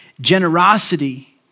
Generosity